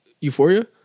Euphoria